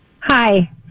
Hi